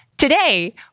Today